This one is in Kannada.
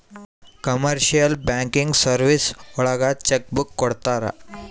ಕಮರ್ಶಿಯಲ್ ಬ್ಯಾಂಕಿಂಗ್ ಸರ್ವೀಸಸ್ ಒಳಗ ಚೆಕ್ ಬುಕ್ ಕೊಡ್ತಾರ